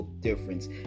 difference